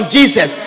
Jesus